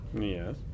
Yes